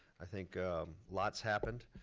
i think lots happened.